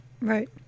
right